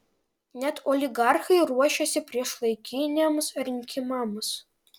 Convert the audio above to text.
net oligarchai ruošiasi priešlaikiniams rinkimams